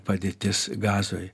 padėtis gazoj